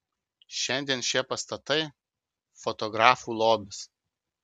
šiandien šie pastatai fotografų lobis